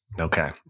Okay